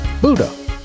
Buddha